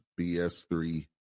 bs3